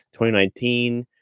2019